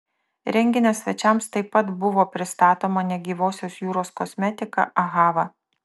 renginio svečiams taip pat buvo pristatoma negyvosios jūros kosmetika ahava